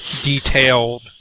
detailed